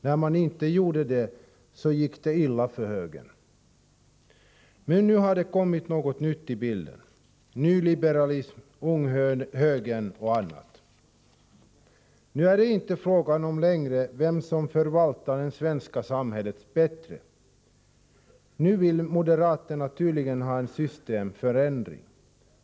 När man inte gjorde det så gick det illa för högern. Men nu har det kommit något nytt i bilden: nyliberalism, unghögern m.m. Nu är det inte längre fråga om vem som förvaltar det svenska samhället bättre. Nu vill moderaterna tydligen ha en systemförändring.